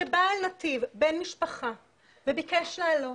שבא לנתיב בן משפחה וביקש לעלות